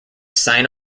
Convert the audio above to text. sign